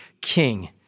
king